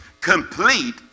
complete